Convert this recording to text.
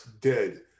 dead